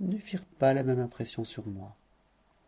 ne firent pas la même impression sur moi